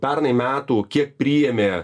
pernai metų kiek priėmė